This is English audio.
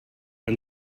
and